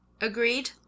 Agreed